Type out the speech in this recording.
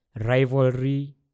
rivalry